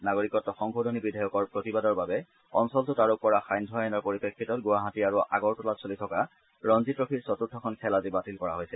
নাগৰিকত্ব সংশোধনী বিধেয়কৰ প্ৰতিবাদৰ বাবে অঞ্চলটোত আৰোপ কৰা সান্ধাই আইনৰ পৰিপ্ৰেক্ষিতত গুৱাহাটী আৰু আগৰতলাত চলি থকা ৰঞ্জিৎ ট্ৰফীৰ চতুৰ্থখন খেল আজি বাতিল কৰা হৈছে